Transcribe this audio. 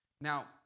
Now